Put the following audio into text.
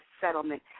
settlement